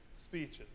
speeches